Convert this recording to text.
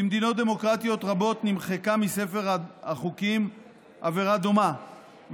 במדינות דמוקרטיות רבות נמחקה עבירה דומה מספר החוקים,